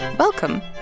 Welcome